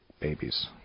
babies